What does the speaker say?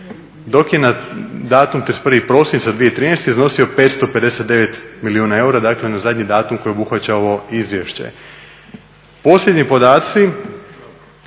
dok je na datum 31. prosinca 2013. iznosio 559 milijuna eura, dakle na zadnji datum koji obuhvaća ovo izvješće. Posljednji podaci